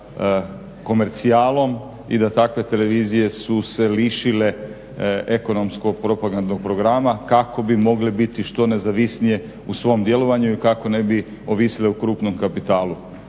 sa komercijalom i da takve televizije su se lišile EEP-a kako bi mogle biti što nezavisnije u svom djelovanju i kako ne bi ovisile o krupnom kapitalu.